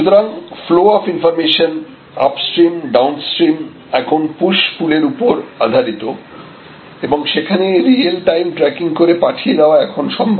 সুতরাং flow of information upstream downstream এখন push pull এর উপর আধারিত ও সেখানে রিয়েল টাইম ট্রাকিং করে পাঠিয়ে দেওয়া এখন সম্ভব